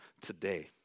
today